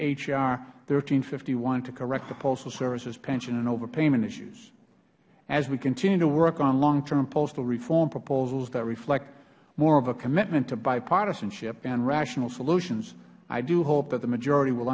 and fifty one to correct the postal services pension and overpayment issues as we continue to work on long term postal reform proposals that reflect more of a commitment to bipartisanship and rational solutions i do hope that the majority will